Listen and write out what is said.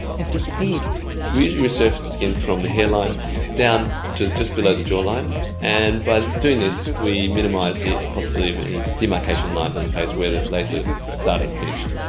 have disappeared. we usually resurface the skin from the hairline down to just below the jawline and by doing this we minimize the possibility of any demarkation lines on and the face where the laser's start and finished.